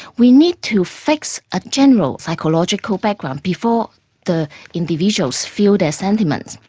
we need to fix a general psychological background before the individuals fuel their sentiments.